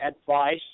advice